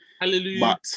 Hallelujah